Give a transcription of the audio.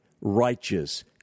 righteous